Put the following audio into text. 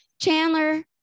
Chandler